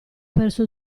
perso